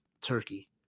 turkey